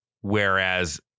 whereas